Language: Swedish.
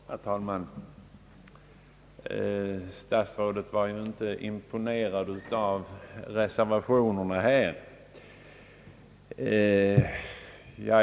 Herr talman! Statsrådet Edenman var inte imponerad av reservationerna.